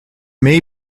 may